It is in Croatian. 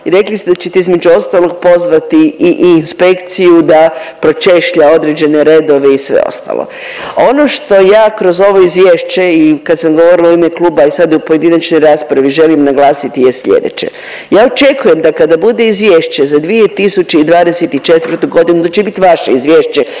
rekli ste da ćete između ostalog pozvati i inspekciju da pročešlja određene redove i sve ostalo. Ono što ja kroz ovo izvješće i kad sam govorila u ime kluba i sada u pojedinačnoj raspravi želim naglasiti je slijedeće. Ja očekujem da kada bude izvješće za 2024.g. da će bit vaše izvješće